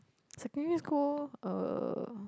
secondary school uh